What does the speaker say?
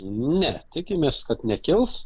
ne tikimės kad nekils